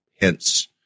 hence